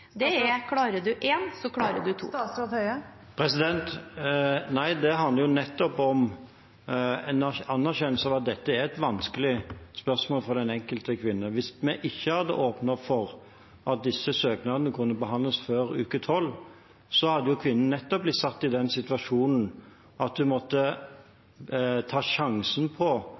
Det er: Klarer du en, «klarer du to». Nei, det handler jo nettopp om en anerkjennelse av at dette er et vanskelig spørsmål for den enkelte kvinne. Hvis vi ikke hadde åpnet for at disse søknadene kunne behandles før uke 12, hadde kvinnen nettopp blitt satt i den situasjonen at hun måtte ta sjansen på